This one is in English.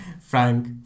Frank